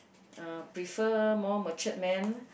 uh prefer more matured man